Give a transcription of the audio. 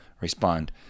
respond